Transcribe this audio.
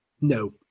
No